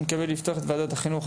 אני מתכבד לפתוח את ועדת החינוך,